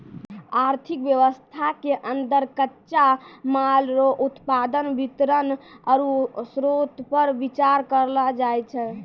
आर्थिक वेवस्था के अन्दर कच्चा माल रो उत्पादन वितरण आरु श्रोतपर बिचार करलो जाय छै